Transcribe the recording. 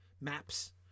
maps